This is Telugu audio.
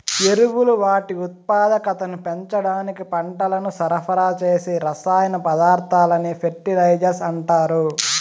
ఎరువులు వాటి ఉత్పాదకతను పెంచడానికి పంటలకు సరఫరా చేసే రసాయన పదార్థాలనే ఫెర్టిలైజర్స్ అంటారు